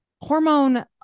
hormone